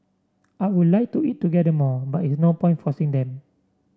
I would like to eat together more but is no point forcing them